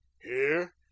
Here